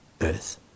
earth